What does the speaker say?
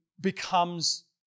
becomes